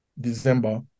December